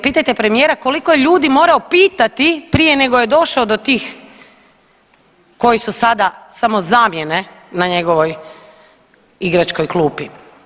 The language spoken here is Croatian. Pitajte premijera koliko je ljudi morao pitati prije nego je došao do tih koji su sada samo zamjene na njegovoj igračkoj klupi.